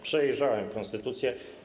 Przejrzałem konstytucję.